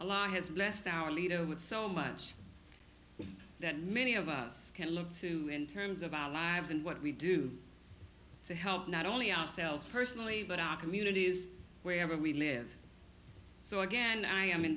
law has blessed our leader with so much that many of us can look to in terms of our lives and what we do to help not only ourselves personally but our communities wherever we live so again i am